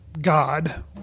God